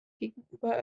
gegenüber